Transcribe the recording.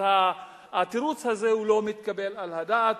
אז התירוץ הזה לא מתקבל על הדעת,